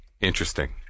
Interesting